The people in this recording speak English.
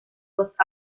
was